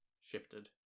shifted